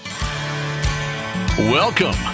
Welcome